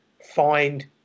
find